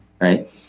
Right